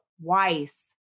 Twice